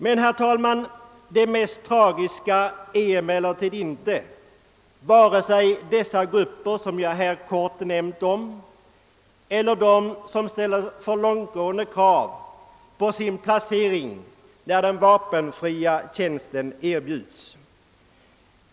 Det mest förvånande är emellertid inte vare sig dessa grupper som jag här kort omnämnt eller de som ställer för långtgående krav på sin placering när den vapenfria tjänsten erbjudes.